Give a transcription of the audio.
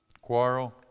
quarrel